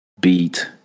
beat